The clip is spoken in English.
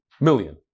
million